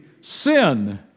sin